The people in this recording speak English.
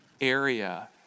area